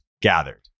gathered